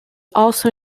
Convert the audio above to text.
also